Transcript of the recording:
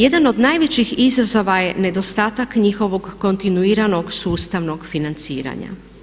Jedan od najvećih izazova je nedostatak njihovog kontinuiranog sustavnog financiranja.